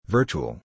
Virtual